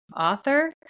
Author